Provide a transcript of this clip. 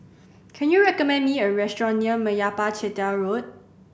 can you recommend me a restaurant near Meyappa Chettiar Road